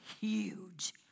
huge